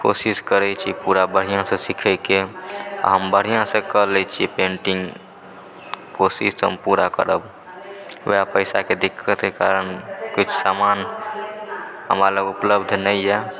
कोशिश करैत छी पूरा बढ़िआँसँ सिखयके आ हम बढ़िआँसँ कऽ लैतछी पेन्टिंग कोशिश तऽ हम पूरा करब वएह पैसाके दिक्कतके कारण किछु सामान हमरा लग उपलब्ध नहिए